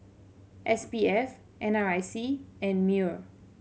S P F N R I C and MEWR